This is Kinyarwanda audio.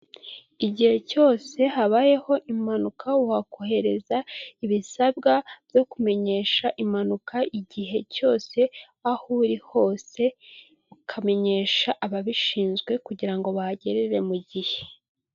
Igihe cyose habayeho impanuka, wakohereza ibisabwa byo kumenyesha impanuka igihe cyose aho uri hose, ukamenyesha ababishinzwe kugira ngo bahagererere mu gihe.